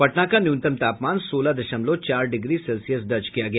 पटना का न्यूनतम तापमान सोलह दशमलव चार डिग्री सेल्सियस दर्ज किया गया